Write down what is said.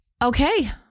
Okay